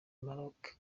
maroc